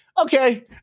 okay